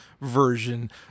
version